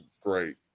great